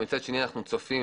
מצד שני אנחנו צופים,